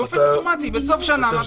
באופן אוטומטי בסוף שנה מעבירים אותם